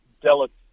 delicate